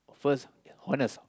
first honest